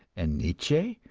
and nietzsche,